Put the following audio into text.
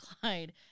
Clyde